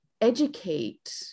educate